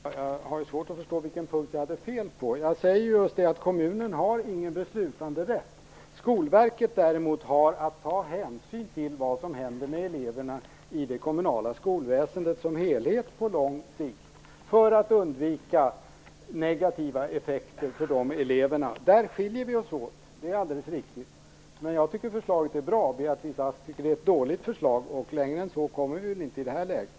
Herr talman! Jag har svårt att förstå på vilken punkt jag hade fel. Jag säger att kommunen inte har någon beslutanderätt. Skolverket däremot har att ta hänsyn till vad som händer med eleverna i det kommunala skolväsendet som helhet på lång sikt för att undvika negativa effekter. Där skiljer vi oss åt, det är alldeles riktigt. Jag tycker att förslaget är bra. Beatrice Ask tycker att det är ett dåligt förslag, och längre än så kommer vi tydligen inte i det här läget.